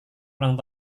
ulang